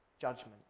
judgment